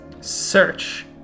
Search